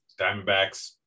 Diamondbacks